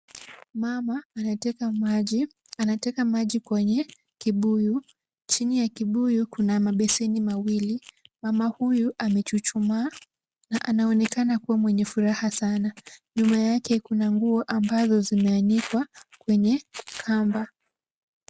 Mama anateka maji. Anateka maji kwenye kibuyu. Chini ya kibuyu kuna mabesheni mawili. Mama huyu amechuchumaa na anaonekana kuwa mwenye furaha sana. Nyuma yake kuna nguo ambazo zimeanikwa, kwenye kamba.